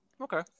Okay